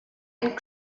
and